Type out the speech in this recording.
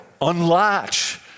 unlatch